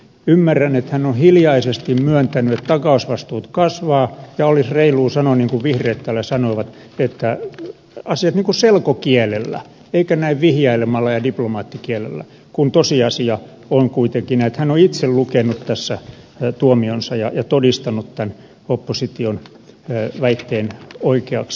ymmärrän että hän on hiljaisesti myöntänyt että takausvastuut kasvavat ja olisi reilua sanoa niin kuin vihreät täällä sanoivat asiat selkokielellä eikä näin vihjailemalla ja diplomaattikielellä kun tosiasia on kuitenkin näin että hän on itse lukenut tässä tuomionsa ja todistanut tämän opposition väitteen oikeaksi